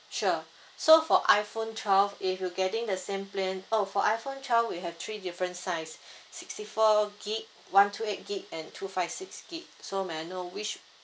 sure so for iphone twelve if you getting the same plan !ow! for iphone twelve we have three different size sixty four gig one two eight gig and two five six gig so may I know which